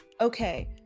okay